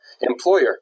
employer